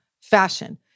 fashion